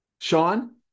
Sean